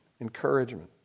encouragement